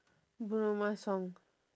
bruno mars song